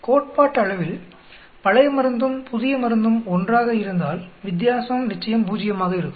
கோட்பாட்டளவில் பழைய மருந்தும் புதிய மருந்தும் ஒன்றாக இருந்தால் வித்தியாசம் நிச்சயம் பூஜ்ஜியமாக இருக்கும்